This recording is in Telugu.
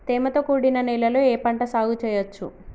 తేమతో కూడిన నేలలో ఏ పంట సాగు చేయచ్చు?